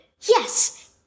Yes